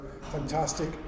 fantastic